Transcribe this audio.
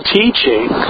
teaching